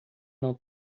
não